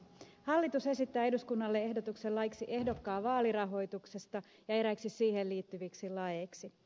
hallitus esittää eduskunnalle ehdotuksen laiksi ehdokkaan vaalirahoituksesta ja eräiksi siihen liittyviksi laeiksi